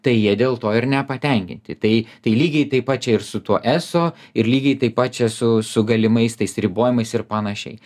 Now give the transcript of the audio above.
tai jie dėl to ir nepatenkinti tai tai lygiai taip pat čia ir su tuo eso ir lygiai taip pat čia su su galimais tais ribojimais ir panašiai